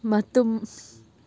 ꯃꯇꯨꯝ